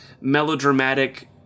melodramatic